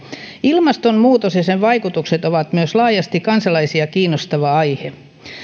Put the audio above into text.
ilmastonmuutos ja sen vaikutukset ovat myös laajasti kansalaisia kiinnostava aihe